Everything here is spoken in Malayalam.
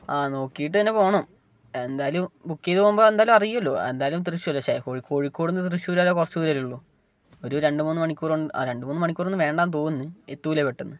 ആ നോക്കീട്ട് തന്നെ പോകണം എന്തായാലും ബുക്ക് ചെയ്ത് പോകുമ്പോൾ എന്തായാലും അറിയൂല്ലോ എന്തായാലും തൃശ്ശുർ ശ്ശെ കോഴി കോഴിക്കോട്ന്ന് തൃശ്ശുർ വരെ കുറച്ച് ദൂരമല്ലേ ഉള്ളു ഒരു രണ്ട് മൂന്ന് മണിക്കൂർ ഉണ്ട് ആ രണ്ട് മൂന്ന് മണിക്കൂർ ഒന്നും വേണ്ടാന്ന് തോന്നുന്ന് എത്തൂലേ പെട്ടെന്ന്